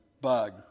bug